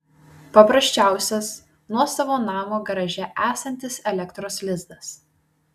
paprasčiausias nuosavo namo garaže esantis elektros lizdas